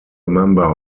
member